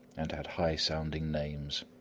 and had high-sounding names.